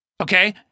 okay